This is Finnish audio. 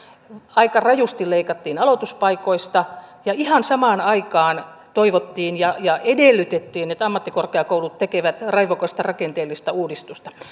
aika rajusti leikattiin aloituspaikoista ja ihan samaan aikaan toivottiin ja ja edellytettiin että ammattikorkeakoulut tekevät raivokasta rakenteellista uudistusta